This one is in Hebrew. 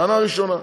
טענה ראשונה.